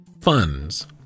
funds